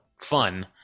fun